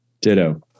Ditto